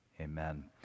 amen